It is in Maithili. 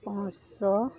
पाँच सए